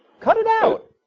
cut it out.